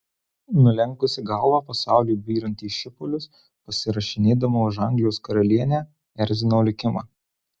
nulenkusi galvą pasauliui byrant į šipulius pasirašinėdama už anglijos karalienę erzinau likimą